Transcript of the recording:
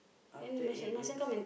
after eight years